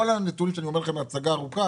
כל הנתונים שאני אומר לכם בהצגה ארוכה,